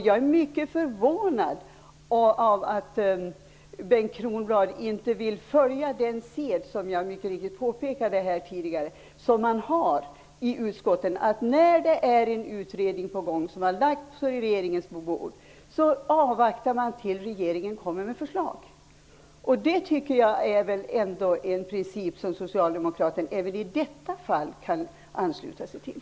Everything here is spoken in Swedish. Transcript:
Jag är mycket förvånad över att Bengt Kronblad inte vill följa den sed som jag mycket riktigt påpekade tidigare att man har i utskotten. När en utredning har lagts på regeringens bord, avvaktar man tills regeringen kommer med förslag. Det tycker jag är en princip som Socialdemokraterna även i detta fall kan ansluta sig till.